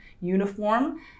uniform